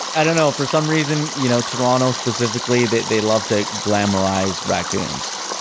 i don't know, for some reason you know, toronto specifically, they they love to glamorize raccoons.